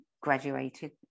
graduated